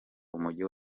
umujyi